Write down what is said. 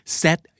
set